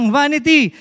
vanity